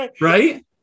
right